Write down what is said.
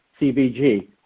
CBG